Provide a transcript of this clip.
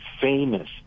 famous